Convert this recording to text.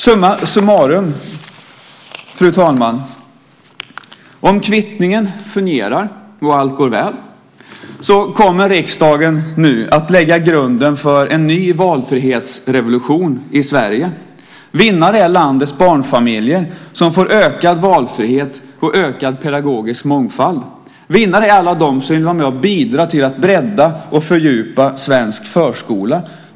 Summa summarum, fru talman: Om kvittningen fungerar och allt går väl kommer riksdagen nu att lägga grunden för en ny valfrihetsrevolution i Sverige. Vinnare är landets barnfamiljer som får ökad valfrihet och ökad pedagogisk mångfald. Vinnare är alla de som vill vara med och bidra till att bredda och fördjupa svensk förskola.